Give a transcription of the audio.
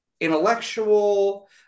intellectual